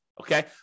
Okay